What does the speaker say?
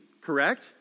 correct